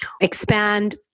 expand